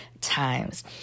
times